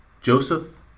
Joseph